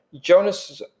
Jonas